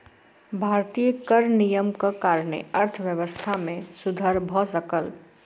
भारतीय कर नियमक कारणेँ अर्थव्यवस्था मे सुधर भ सकल